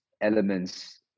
elements